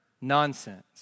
nonsense